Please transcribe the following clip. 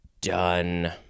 done